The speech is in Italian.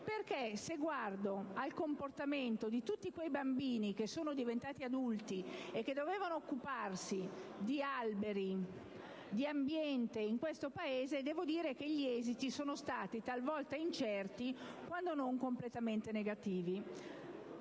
infatti, il comportamento di tutti quei bambini che sono diventati adulti e che dovevano occuparsi di alberi e di ambiente nel nostro Paese, gli esiti sono stati talvolta incerti, quando non completamente negativi.